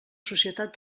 societat